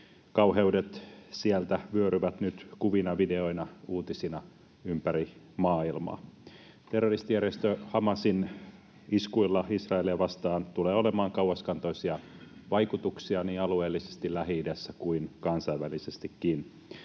Kauheudet sieltä vyöryvät nyt kuvina, videoina, uutisina ympäri maailmaa. Terroristijärjestö Hamasin iskuilla Israelia vastaan tulee olemaan kauaskantoisia vaikutuksia niin alueellisesti Lähi-idässä kuin kansainvälisestikin.